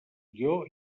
guió